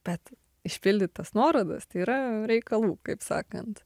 bet išpildyt tas nuorodas tai yra reikalų kaip sakant